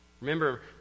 Remember